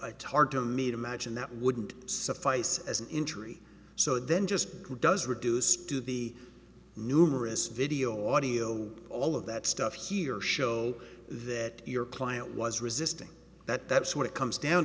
tardo me to imagine that wouldn't suffice as an injury so then just who does reduce to the numerous video audio all of that stuff here show that your client was resisting that that's what it comes down